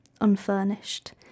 unfurnished